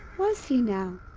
was he now?